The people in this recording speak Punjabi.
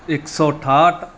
ਇੱਕ ਸੌ ਅਠਾਹਟ